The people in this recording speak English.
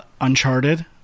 Uncharted